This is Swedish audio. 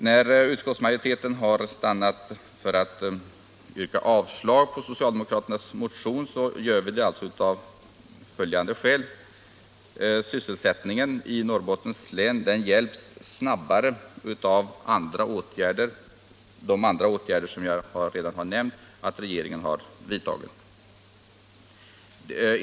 När utskottsmajoriteten har stannat för att yrka avslag på socialdemokraternas motion gör vi det alltså av följande skäl. Sysselsättningen i Norrbottens län hjälps snabbare med de andra åtgärder som jag har nämnt att regeringen har vidtagit.